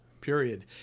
period